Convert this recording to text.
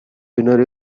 winner